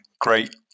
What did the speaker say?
great